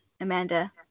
Amanda